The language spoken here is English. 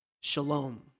shalom